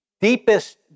deepest